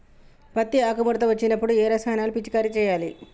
పత్తి ఆకు ముడత వచ్చినప్పుడు ఏ రసాయనాలు పిచికారీ చేయాలి?